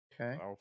okay